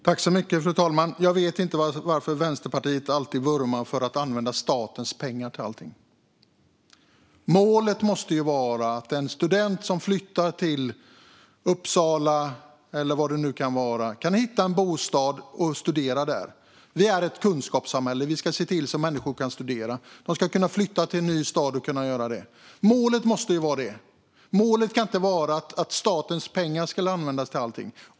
Fru talman! Jag vet inte varför Vänsterpartiet alltid vurmar för att använda statens pengar till allting. Målet måste ju vara att en student som flyttar till Uppsala, eller vart det nu kan vara, kan hitta en bostad och studera där. Vi är ett kunskapssamhälle, och vi ska se till att människor kan flytta till en ny stad och studera där. Det måste vara målet. Målet kan inte vara att statens pengar ska användas till allting.